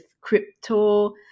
crypto